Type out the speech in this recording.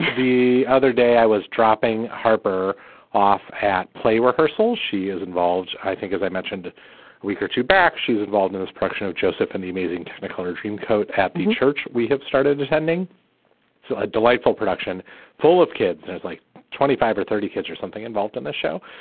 the other day i was dropping harper off at play rehearsal. she is involved, i think, as i mentioned, a week or two back. she's involved in this production of joseph and the amazing technicolor dreamcoat at the church. we have started attending. so a delightful production full of kids. there's like twenty five or thirty kids or something involved in the show.